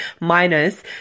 minus